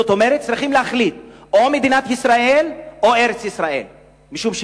זאת אומרת צריכים להחליט: או מדינת ישראל או ארץ-ישראל,